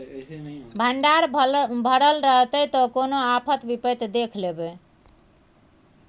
भंडार भरल रहतै त कोनो आफत विपति देख लेबै